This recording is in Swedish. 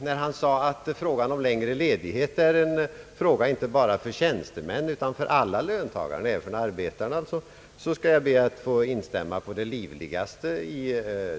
När han sade att frågan om längre ledighet är en fråga inte bara för tjänstemän utan för alla löntagare, alltså även för arbetarna, skall jag be att få instämma på det allra livligaste.